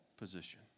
position